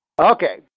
Okay